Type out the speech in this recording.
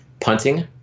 punting